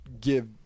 give